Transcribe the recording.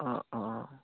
অঁ অঁ